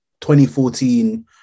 2014